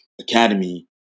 Academy